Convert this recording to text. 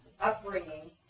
upbringing